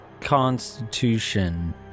Constitution